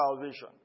salvation